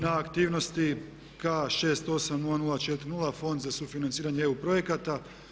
Na aktivnosti K680040 Fond za sufinanciranje EU projekata.